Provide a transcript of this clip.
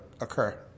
occur